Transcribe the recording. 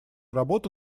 работа